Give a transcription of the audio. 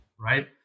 right